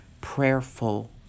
prayerful